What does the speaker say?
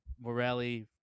Morelli